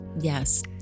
yes